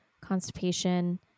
constipation